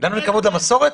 --- לנו אין כבוד למסורת?